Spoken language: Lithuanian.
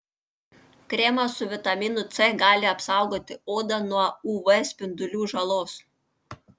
kremas su vitaminu c gali apsaugoti odą nuo uv spindulių žalos